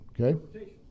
Okay